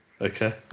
Okay